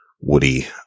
Woody